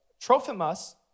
Trophimus